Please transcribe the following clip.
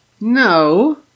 No